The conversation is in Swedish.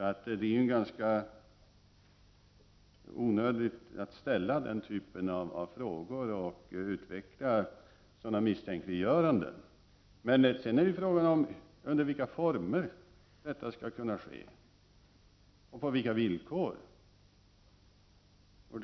Det är således ganska onödigt att ställa den typen av frågor och utveckla sådana misstänkliggöranden. Sedan är det en fråga om i vilka former och på vilka villkor detta skall kunna ske.